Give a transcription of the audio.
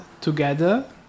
together